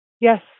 Yes